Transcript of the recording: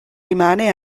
rimane